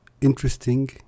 interesting